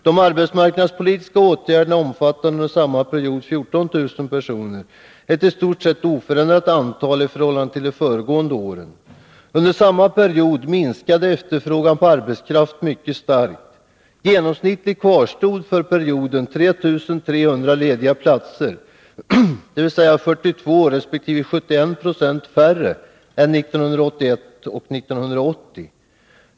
De arbetsmarknadspolitiska åtgärderna omfattade under samma period 14 000 personer, ett i stort sett oförändrat antal i förhållande till de föregående åren. Under samma period minskade efterfrågan på arbetskraft mycket starkt. Genomsnittligt kvarstod för perioden 3 300 lediga platser, dvs. 42 resp. 71 Yo färre än 1981 och 1980.